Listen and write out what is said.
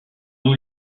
eau